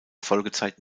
folgezeit